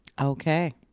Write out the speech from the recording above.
okay